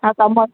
ଆଉ ତୁମର